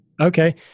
Okay